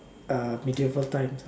uh Medieval times lah